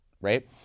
right